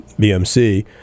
BMC